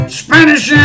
spanish